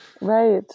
Right